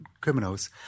criminals